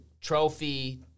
trophy